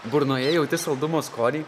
burnoje jauti saldumo skonį